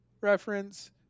reference